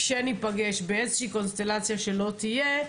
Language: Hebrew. כשנפגש באיזושהי קונסטלציה שלא תהיה,